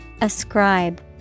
Ascribe